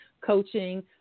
Coaching